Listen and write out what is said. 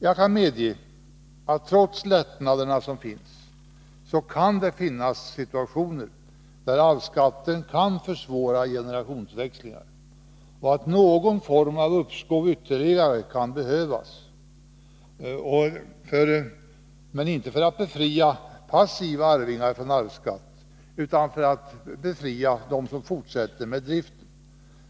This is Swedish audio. Jag kan medge att det, trots de lättnader som finns, kan finnas situationer där arvsskatten kan försvåra generationsväxlingar och att någon form av ytterligare uppskov kan behövas, men inte för att befria passiva arvingar från arvsskatt utan för att befria dem som fortsätter med driften.